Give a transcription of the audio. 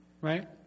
right